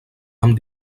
amb